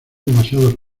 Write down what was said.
demasiado